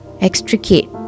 extricate